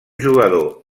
jugador